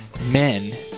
men